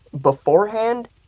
beforehand